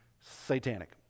satanic